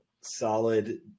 solid